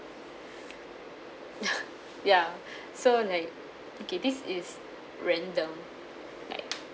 ya so like okay this is random like